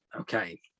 okay